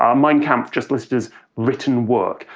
um mein kampf, just listed as written work.